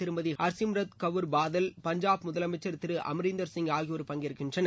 திருமதி ஹர்சிம் ரத் கவுர் பாதல் பஞ்சாப் முதலமைச்சர் திரு அமர்ந்தர் சிங் ஆகியோர் பங்கேற்கின்றனர்